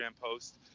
post